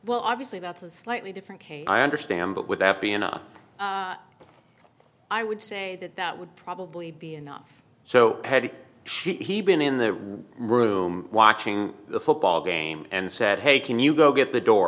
well obviously that's a slightly different case i understand but would that be enough i would say that that would probably be enough so had he been in the room watching the football game and said hey can you go get the door